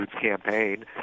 campaign